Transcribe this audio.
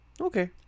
Okay